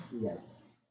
Yes